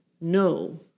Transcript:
No